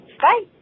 Bye